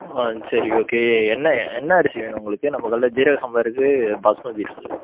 ஆ சரி ஓகே என்ன என்ன அரிசி வேணும் உங்களுக்கு நம்ம கடையில் சீரக சம்பா இருக்கு பாசுமதி இருக்கு